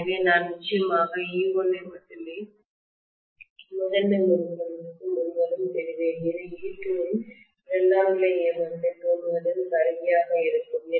எனவே நான் நிச்சயமாக e1 ஐ மட்டுமே முதன்மை முறுக்கு முழுவதும்பெறுவேன் இது e2 இன் இரண்டாம் நிலை EMF ஐ தூண்டுவதில் கருவியாக இருக்கும்2